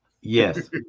Yes